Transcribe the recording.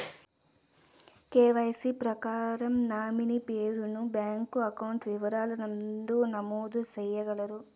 KYC ప్రకారం nominee పేరు ను బ్యాంకు అకౌంట్ వివరాల నందు నమోదు సేయగలరా?